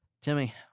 Timmy